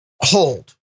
hold